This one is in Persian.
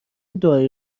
دعایی